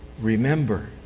Remember